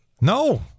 No